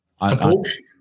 Abortion